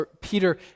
Peter